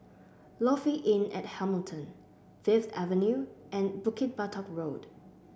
Lofi Inn at Hamilton Fifth Avenue and Bukit Batok Road